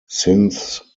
since